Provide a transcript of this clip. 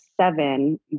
seven